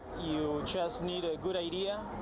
you just need a good idea,